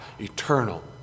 eternal